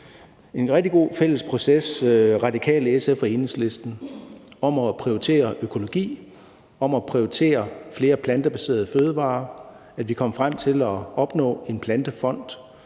en rigtig god fælles proces om at prioritere økologi, om at prioritere flere plantebaserede fødevarer; og vi kom frem til at opnå en plantefond,